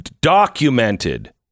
Documented